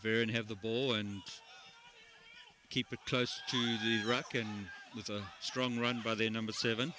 veron have the ball and keep it close to the rock and with a strong run by the number seven